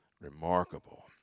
remarkable